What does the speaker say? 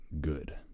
good